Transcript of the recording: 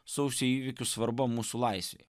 sausio įvykių svarba mūsų laisvei